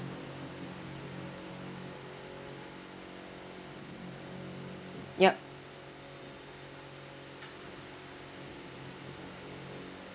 yup